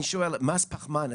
אני שואל לגבי מס פחמן,